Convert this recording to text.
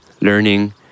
learning